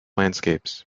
landscapes